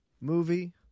movie